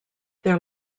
their